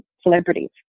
celebrities